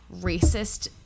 racist